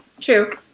True